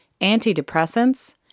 Antidepressants